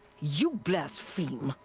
you blaspheme!